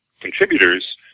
contributors